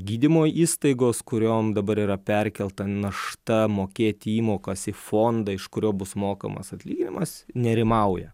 gydymo įstaigos kuriom dabar yra perkelta našta mokėti įmokas į fondą iš kurio bus mokamas atlyginimas nerimauja